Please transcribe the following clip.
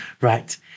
right